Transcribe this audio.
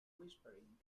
whispering